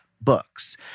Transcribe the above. books